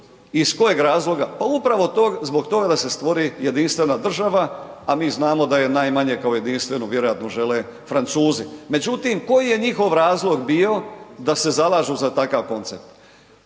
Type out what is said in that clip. iz kojeg razloga, pa upravo zbog toga da se stvori jedinstvena država a mi znamo da je najmanje kao jedinstvenu vjerojatno žele Francuzi. Međutim, koji je njihov razlog bio da se zalažu za takav koncept?